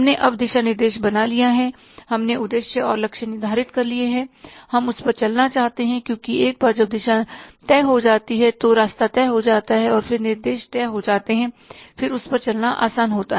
हमने अब दिशा निर्देश बना लिया है हमने उद्देश्य और लक्ष्य निर्धारित कर लिए हैं हम उस पर चलना चाहते हैं क्योंकि एक बार जब दिशा तय हो जाती है तो रास्ता तय हो जाता है फिर निर्देश तय हो जाते हैं फिर उस पर चलना आसान होता है